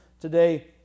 Today